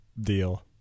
deal